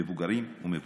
מבוגרים ומבוגרות.